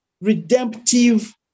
redemptive